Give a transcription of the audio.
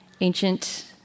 ancient